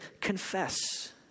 confess